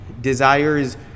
desires